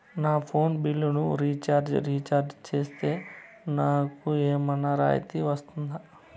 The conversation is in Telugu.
నా ఫోను బిల్లును రీచార్జి రీఛార్జి సేస్తే, నాకు ఏమన్నా రాయితీ వస్తుందా?